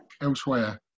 elsewhere